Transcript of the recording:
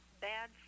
bad